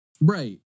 Right